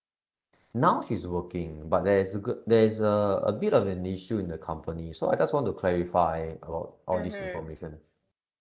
now she's working but there's a go~ there's uh a bit of an issue in the company so I just want to clarify about all this information